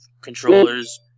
controllers